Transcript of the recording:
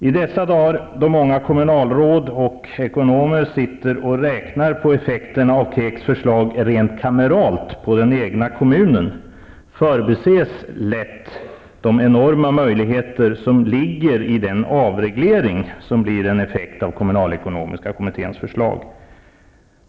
I dessa dagar, då många kommunalråd och ekonomer sitter och räknar rent kameralt på effekterna av KEK:s förslag på den egna kommunen, förbises lätt de enorma möjligheter som ligger i den avreglering som blir en effekt av kommunalekonomiska kommitténs förslag.